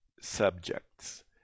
subjects